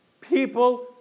people